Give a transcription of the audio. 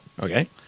Okay